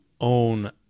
own